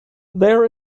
there